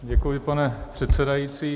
Děkuji, pane předsedající.